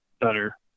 better